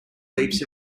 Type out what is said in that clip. leaps